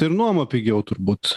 tai ir nuoma pigiau turbūt